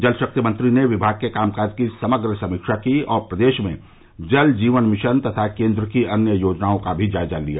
जल शक्ति मंत्री ने विमाग के काम काज की समग्र समीक्षा की और प्रदेश में जल जीवन मिशन तथा केंद्र की अन्य योजनाओं का भी जायजा लिया